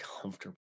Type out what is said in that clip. comfortable